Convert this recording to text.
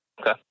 Okay